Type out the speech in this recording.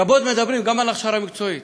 רבות מדברים גם על הכשרה מקצועית.